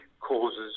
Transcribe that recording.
causes